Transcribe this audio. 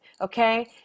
Okay